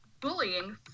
bullying